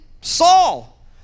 Saul